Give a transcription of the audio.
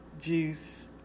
juice